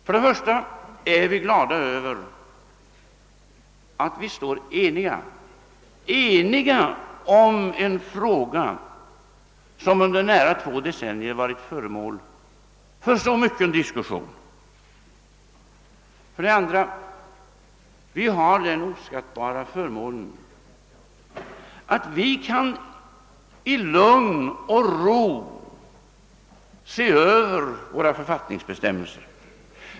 För det första — och detta är vi glada över — står vi eniga i en fråga som under nära två decennier varit föremål för så mycken diskussion. För det andra har vi den oskattbara förmånen att vi i lugn och ro kan se över våra författningsbestämmelser.